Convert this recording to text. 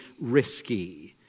risky